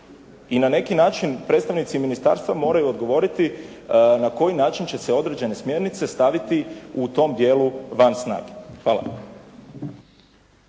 i na neki način predstavnici ministarstva moraju odgovoriti na koji način će se određene smjernice staviti u tom dijelu van snage. Hvala.